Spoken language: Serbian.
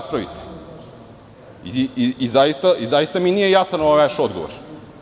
Zaista mi nije jasan ovaj vaš odgovor.